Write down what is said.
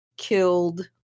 killed